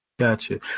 Gotcha